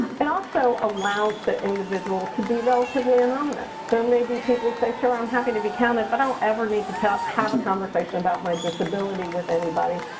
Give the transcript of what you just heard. and also allows the individual to be relatively anonymous. there may be people say, sure, i'm happy to be counted, but i don't ever need to to have a conversation about my disability with anybody.